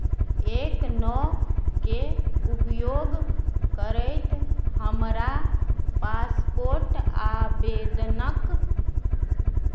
एक नओके उपयोग करैत हमरा पासपोर्ट आवेदनक